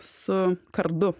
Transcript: su kardu